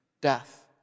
death